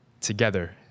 together